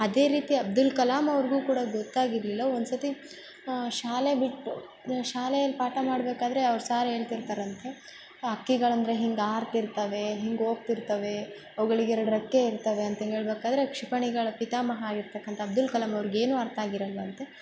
ಅದೇ ರೀತಿ ಅಬ್ದುಲ್ ಕಲಾಂ ಅವ್ರಿಗು ಕೂಡ ಗೊತ್ತಾಗಿರಲಿಲ್ಲ ಒಂದು ಸತಿ ಶಾಲೆ ಬಿಟ್ಟು ಶಾಲೆಯಲ್ಲಿ ಪಾಠ ಮಾಡಬೇಕಾದ್ರೆ ಅವ್ರ ಸಾರ್ ಹೇಳ್ತಿರ್ತಾರಂತೆ ಹಕ್ಕಿಗಳ್ ಅಂದರೆ ಹಿಂಗೆ ಹಾರ್ತಿರ್ತವೆ ಹಿಂಗೆ ಹೋಗ್ತಿರ್ತವೆ ಅವುಗಳ್ಗೆ ಎರಡು ರೆಕ್ಕೆ ಇರ್ತವೆ ಅಂತ ಹೇಳಬೇಕಾದ್ರೆ ಕ್ಷಿಪಣಿಗಳ ಪಿತಾಮಹ ಆಗಿರ್ತಕ್ಕಂಥ ಅಬ್ದುಲ್ ಕಲಾಂ ಆವ್ರಿಗೆ ಏನೂ ಅರ್ಥ ಆಗಿರಲ್ವಂತೆ